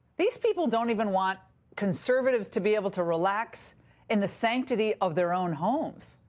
these people don't even want conservatives to be able to relax in the sanctity of their own home. so